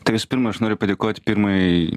tai visų pirma aš noriu padėkot pirmajai